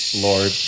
Lord